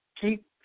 keep